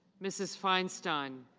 mrs. feinstein.